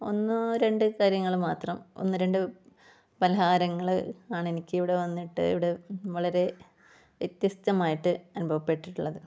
ഒന്നോ രണ്ടോ കാര്യങ്ങൾ മാത്രം ഒന്ന് രണ്ട് പലഹാരങ്ങൾ ആണ് എനിക്കിവിടെ വന്നിട്ട് ഇവിടെ വളരെ വ്യത്യസ്തമായിട്ട് അനുഭവപ്പെട്ടിട്ടുള്ളത്